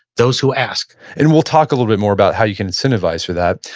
those who ask and we'll talk a little bit more about how you can incentivize for that,